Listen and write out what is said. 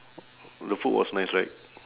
the food was nice right